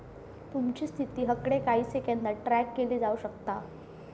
तुमची स्थिती हकडे काही सेकंदात ट्रॅक केली जाऊ शकता